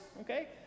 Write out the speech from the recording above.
okay